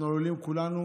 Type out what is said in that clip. אנחנו עלולים כולנו